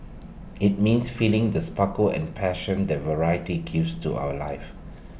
IT means feeling the sparkle and passion that variety gives to our lives